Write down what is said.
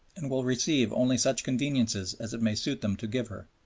and will receive only such conveniences as it may suit them to give her.